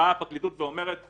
הפרקליטות אומרת: